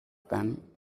puns